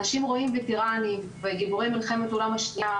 אנשים רואים וטרנים וגיבורי מלחמת העולם השנייה,